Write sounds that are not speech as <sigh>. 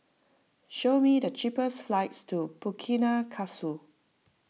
show me the cheapest flights to Burkina <unintelligible>